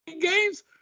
games